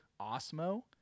Osmo